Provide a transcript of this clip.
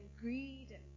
greed